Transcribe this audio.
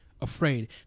afraid